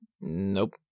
nope